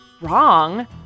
wrong